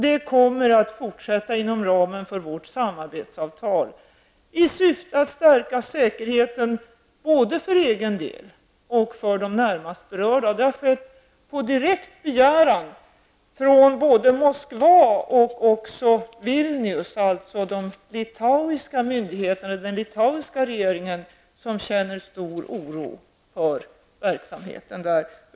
Det kommer att fortsätta inom ramen för vårt samarbetsavtal i syfte att stärka säkerheten både för egen del och för de närmast berörda. Det har skett på direkt begäran från Moskva och Vilnius. De litaniska myndigheterna och den litaniska regeringen känner stor oro inför verksamheten där.